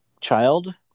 child